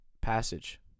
passage